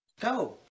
Go